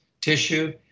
tissue